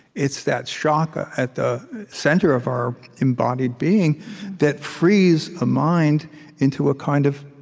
it's that shock ah at the center of our embodied being that frees a mind into a kind of